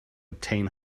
obtain